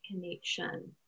connection